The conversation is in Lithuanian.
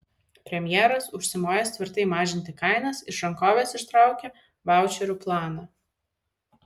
premjeras užsimojęs tvirtai mažinti kainas iš rankovės ištraukė vaučerių planą